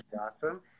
awesome